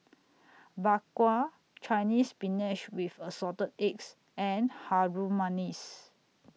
Bak Kwa Chinese Spinach with Assorted Eggs and Harum Manis